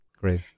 great